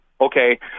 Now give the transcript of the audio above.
okay